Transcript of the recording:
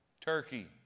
Turkey